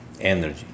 energy